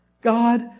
God